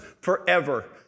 forever